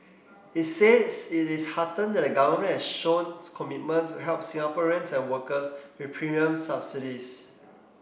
it says it is heartened that the Government has shown commitment to help Singaporeans and workers with premium subsidies